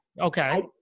Okay